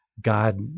God—